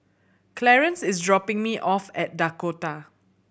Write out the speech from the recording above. Clarance is dropping me off at Dakota